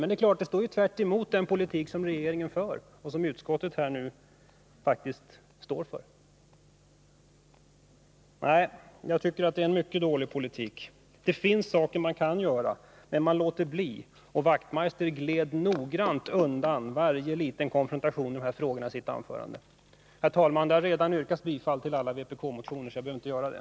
Men det är klart att det skulle gå emot den politik som regeringen för och som utskottet här står för. Jag tycker att det är en mycket dålig politik. Det finns saker man kan göra, men man låter bli. Knut Wachtmeister gled i sitt anförande undan varje liten konfrontation i den här frågan. Herr talman! Det har redan yrkats bifall till alla vpk-motionerna, så jag behöver inte göra det.